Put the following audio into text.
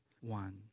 one